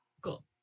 Cool